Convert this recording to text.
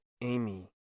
Amy